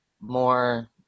more